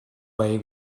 way